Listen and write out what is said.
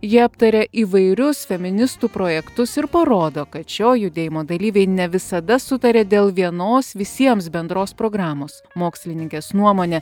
ji aptaria įvairius feministų projektus ir parodo kad šio judėjimo dalyviai ne visada sutarė dėl vienos visiems bendros programos mokslininkės nuomone